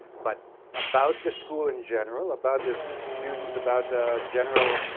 but about the school in general, about the students, about the general